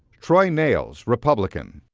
troy nehls, republican.